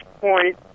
point